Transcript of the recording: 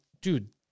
Dude